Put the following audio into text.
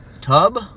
tub